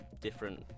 different